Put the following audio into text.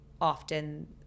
often